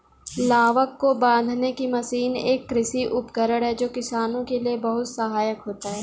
लावक को बांधने की मशीन एक कृषि उपकरण है जो किसानों के लिए बहुत सहायक होता है